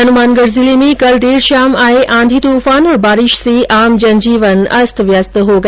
हनुमानगढ़ जिले में कल देर शाम आए आँधी तूफान और बारिश से आम जन जीवन अस्त व्यस्त हो गया